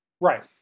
Right